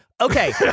Okay